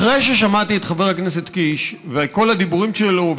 אחרי ששמעתי את חבר הכנסת קיש וכל הדיבורים שלו,